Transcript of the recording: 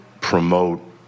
promote